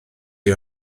wyt